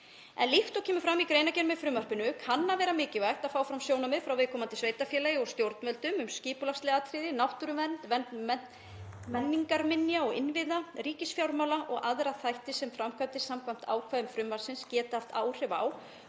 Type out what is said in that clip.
Líkt og kemur fram í greinargerð með frumvarpinu kann að vera mikilvægt að fá fram sjónarmið frá viðkomandi sveitarfélagi og stjórnvöldum „um skipulagsleg atriði, náttúruvernd, vernd menningarminja og innviða, ríkisfjármál og aðra þætti sem framkvæmdir samkvæmt ákvæðum frumvarpsins geta haft áhrif á